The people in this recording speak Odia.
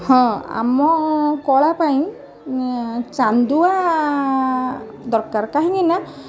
ହଁ ଆମ କଳା ପାଇଁ ଚାନ୍ଦୁଆ ଦରକାର କାହିଁକି ନା